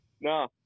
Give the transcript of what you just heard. No